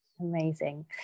Amazing